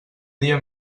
dia